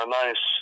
nice